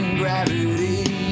gravity